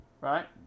right